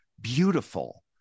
beautiful